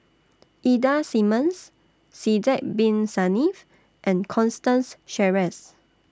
Ida Simmons Sidek Bin Saniff and Constance Sheares